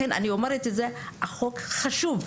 החוק חשוב.